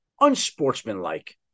unsportsmanlike